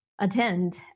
attend